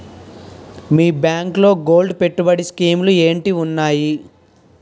మీ బ్యాంకులో గోల్డ్ పెట్టుబడి స్కీం లు ఏంటి వున్నాయి?